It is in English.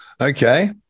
Okay